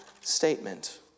statement